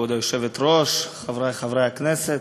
כבוד היושבת-ראש, חברי חברי הכנסת,